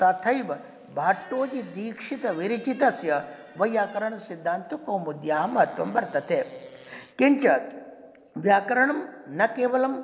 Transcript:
तथैव भट्टोजीदीक्षितविरचितस्य वैयाकरणसिद्धान्तकौमुद्या महत्त्वं वर्तते किञ्च व्याकरणं न केवलं